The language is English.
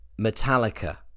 Metallica